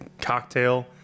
cocktail